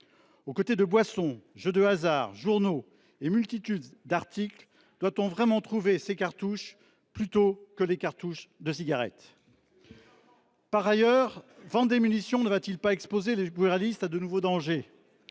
Aux côtés de boissons, jeux de hasard, journaux et d’une multitude d’autres articles, doit on vraiment trouver des cartouches qui ne soient pas de cigarettes ? Par ailleurs, la vente des munitions ne va t elle pas exposer les buralistes à de nouveaux dangers ?